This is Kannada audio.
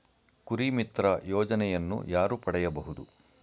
ಕುರಿಮಿತ್ರ ಯೋಜನೆಯನ್ನು ಯಾರು ಪಡೆಯಬಹುದು?